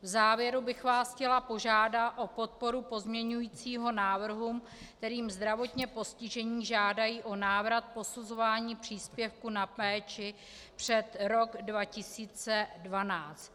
V závěru bych vás chtěla požádat o podporu pozměňujícího návrhu, kterým zdravotně postižení žádají o návrat posuzování příspěvku na péči před rok 2012.